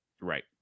Right